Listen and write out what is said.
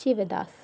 Sivadas